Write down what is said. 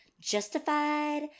justified